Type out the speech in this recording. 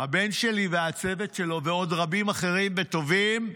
הבן שלי והצוות שלו ועוד רבים אחרים וטובים.